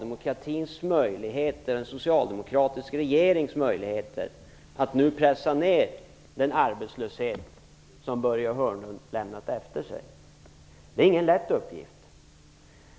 Det andra som jag vill säga gäller den socialdemokratiska regeringens möjligheter att nu pressa ned den arbetslöshet som Börje Hörnlund lämnat efter sig. Det är ingen lätt uppgift.